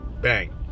Bang